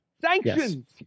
Sanctions